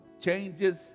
changes